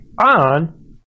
on